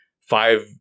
five